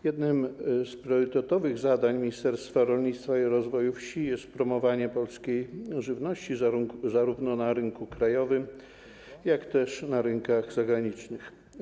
Jednym z priorytetowych zadań Ministerstwa Rolnictwa i Rozwoju Wsi jest promowanie polskiej żywności zarówno na rynku krajowym, jak też na rynkach zagranicznych.